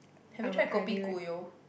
have you tried kopi Gu You